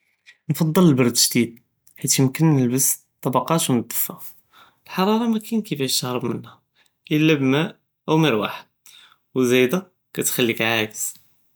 נקטר אלברד אששדיד, חית יומכין נלבס טבקט ו נתדפה, אלחררה מקאיןש כיפאש תערב מינאה אלא ב מאא או מרוחה, וזאידה קתחליק עאקס.